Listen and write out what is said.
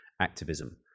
activism